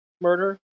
murder